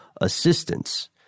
assistance